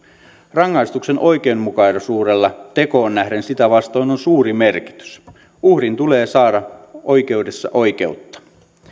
rangaistuksen oikeudenmukaisuudella tekoon nähden sitä vastoin on suuri merkitys uhrin tulee saada oikeudessa oikeutta